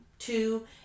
two